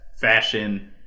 fashion